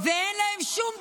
ואין להם שום בושה.